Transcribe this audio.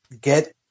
get